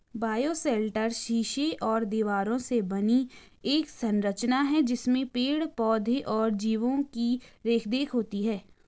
bioshelter शीशे और दीवारों से बनी एक संरचना है जिसमें पेड़ पौधे और जीवो की देखरेख होती है